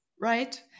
right